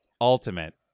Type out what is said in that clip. Ultimate